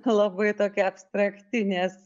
labai tokia abstrakti nes